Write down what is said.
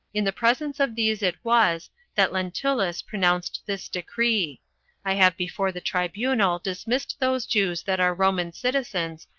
in the presence of these it was that lentulus pronounced this decree i have before the tribunal dismissed those jews that are roman citizens,